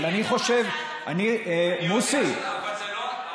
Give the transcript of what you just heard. אבל אני חושב, המילואים זה לא בהצעת החוק.